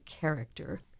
character